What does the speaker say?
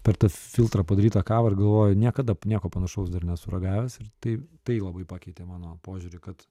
per tą filtrą padarytą kavą ir galvoju niekada nieko panašaus dar nesu ragavęs ir taip tai labai pakeitė mano požiūrį kad